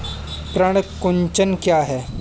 पर्ण कुंचन क्या है?